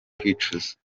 kwicuza